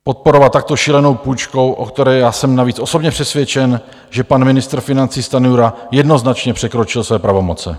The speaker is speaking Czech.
Podporovat takto šílenou půjčku, o které já jsem navíc osobně přesvědčen, že pan ministr financí Stanjura jednoznačně překročil své pravomoce.